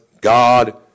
God